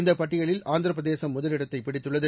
இந்த பட்டியலில் ஆந்திர பிரதேசம் முதலிடத்தை பிடித்துள்ளது